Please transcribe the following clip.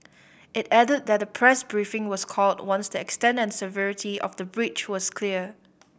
it added that a press briefing was called once the extent and severity of the breach was clear